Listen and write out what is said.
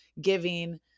giving